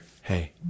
Hey